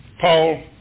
Paul